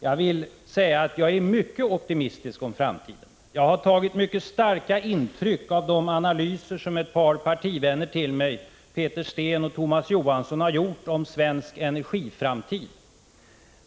Jag vill säga att jag är mycket optimistisk om framtiden. Jag har tagit mycket starka intryck av de analyser som ett par partivänner till mig, Peter Steen och Thomas B. Johansson, gjort om svensk energiframtid.